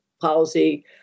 policy